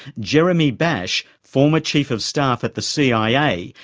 jeremy bash, former chief of staff at the cia,